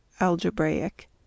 algebraic